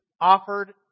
offered